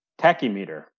tachymeter